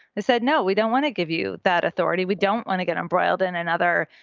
they said no. we don't want to give you that authority. we don't want to get embroiled in another.